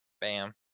Bam